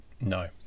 no